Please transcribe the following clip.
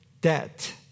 debt